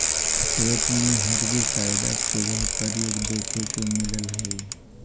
खेत में हर्बिसाइडस के बहुत प्रयोग देखे के मिलऽ हई